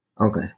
Okay